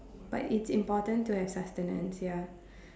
but it's important to have sustenance ya